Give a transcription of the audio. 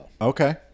Okay